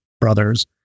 brothers